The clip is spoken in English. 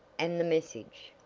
and the message?